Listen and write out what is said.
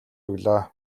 өглөө